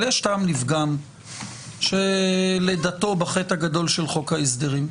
אבל יש טעם לפגם שלידתו בחטא הגדול של חוק ההסדרים.